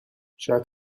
شاید